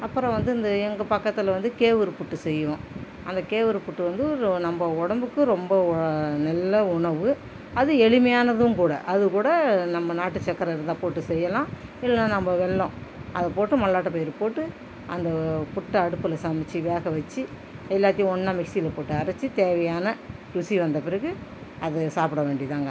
அப்புறம் வந்து இந்த எங்கள் பக்கத்தில் வந்து கேவரு புட்டு செய்வோம் அந்த கேவரு புட்டு வந்து ரொ நம்ம உடம்புக்கு ரொம்ப நல்ல உணவு அது எளிமையானதும் கூட அதுக்கூட நம்ம நாட்டு சக்கரை இருந்தால் போட்டு செய்யலாம் இல்லைனா நம்ம வெல்லம் அதை போட்டு மல்லாட்டு பயிறு போட்டு அந்த புட்டை அடுப்பில் சமைச்சு வேக வச்சு எல்லாத்தையும் ஒன்னாக மிக்ஸியில் போட்டு அரைத்து தேவையான ருசி வந்த பிறகு அதை சாப்பிட வேண்டிதுதாங்க